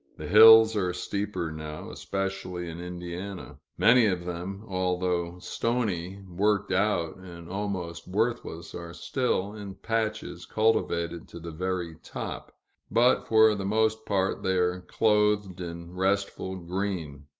the hills are steeper, now, especially in indiana many of them, although stony, worked-out, and almost worthless, are still, in patches, cultivated to the very top but for the most part they are clothed in restful green.